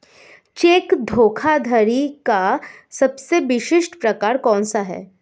Check धोखाधड़ी का सबसे विशिष्ट प्रकार कौन सा है?